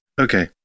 Okay